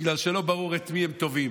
בגלל שלא ברור את מי הם תובעים.